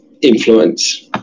influence